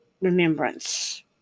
remembrance